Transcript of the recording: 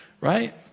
Right